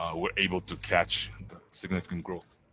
were able to catch significant growth.